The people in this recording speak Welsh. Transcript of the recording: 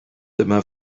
dyma